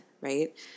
right